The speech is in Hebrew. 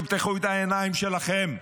תפתחו את העיניים שלכם,